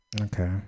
Okay